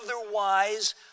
Otherwise